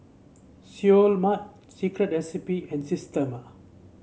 Seoul Mart Secret Recipe and Systema